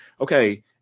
okay